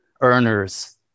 earners